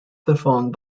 performed